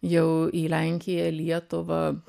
jau į lenkiją lietuvą